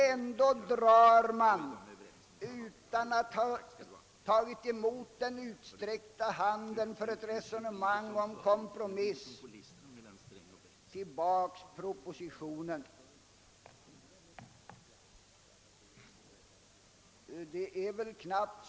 Ändå drar man tillbaka propositionen utan att ta emot den utsträckta handen med inbjudan till en kompromiss.